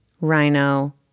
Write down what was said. rhino